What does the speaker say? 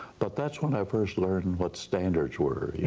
but that's when i first learned what standards were, yeah